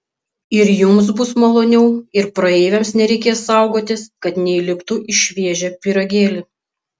ir jums bus maloniau ir praeiviams nereikės saugotis kad neįliptų į šviežią pyragėlį